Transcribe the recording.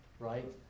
Right